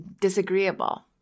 disagreeable